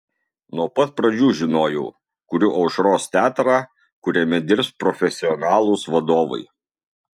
nuo pat pradžių žinojau kuriu aušros teatrą kuriame dirbs profesionalūs vadovai